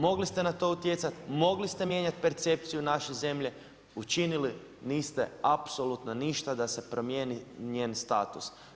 Mogli ste na to utjecati, mogli ste mijenjati percepciju naše zemlje, učinili niste apsolutno ništa da se promijeni njen status.